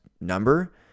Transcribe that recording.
number